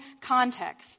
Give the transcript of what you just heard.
context